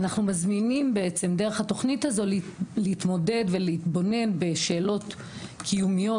אנחנו מזמינים בעצם דרך התוכנית הזו להתמודד ולהתבונן בשאלות קיומיות,